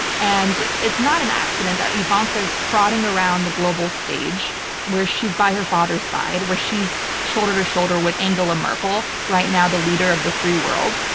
and it's not an accident that ivanka's trotting around the global stage where she's by her father's side, where she's shoulder to shoulder with angela merkel, right now the leader of the free world,